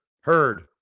heard